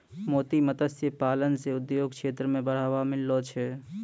मोती मत्स्य पालन से उद्योग क्षेत्र मे बढ़ावा मिललो छै